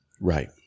Right